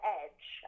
edge